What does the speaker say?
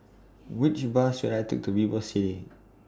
Which Bus should I Take to Vivocity